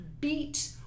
beat